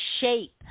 shape